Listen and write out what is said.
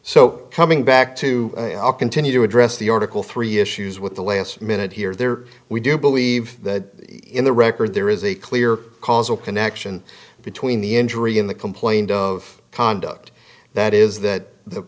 so coming back to continue to address the article three issues with the last minute here there we do believe that in the record there is a clear causal connection between the injury in the complaint of conduct that is that the